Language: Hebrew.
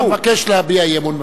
אתה מבקש להביע אי-אמון בממשלה.